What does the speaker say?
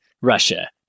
Russia